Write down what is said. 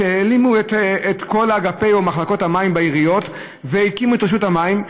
הם העלימו את כל אגפי או מחלקות המים בעיריות והקימו את רשות המים,